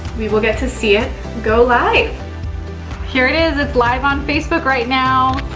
we will get to see it go live here it is, it's live on facebook right now.